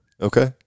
Okay